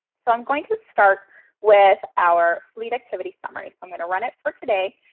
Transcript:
so i'm going to start with our fleet activity summary. i'm going to run it for today,